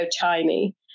tiny